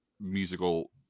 musical